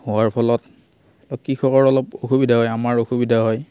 হোৱাৰ ফলত কৃষকৰ অলপ অসুবিধা হয় আমাৰ অসুবিধা হয়